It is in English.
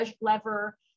lever